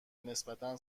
نسبتا